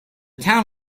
town